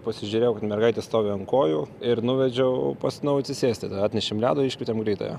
pasižiūrėjau mergaitė stovi ant kojų ir nuvedžiau pas nu atsisėsti atnešėm ledo iškvietėm greitąją